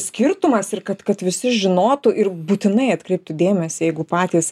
skirtumas ir kad kad visi žinotų ir būtinai atkreiptų dėmesį jeigu patys